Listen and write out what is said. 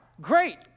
great